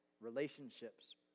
relationships